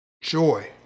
joy